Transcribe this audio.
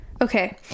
okay